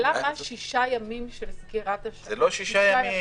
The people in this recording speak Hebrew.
6 ימים של סגירת השערים --- זה לא 6 ימים.